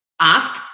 ask